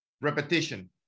repetition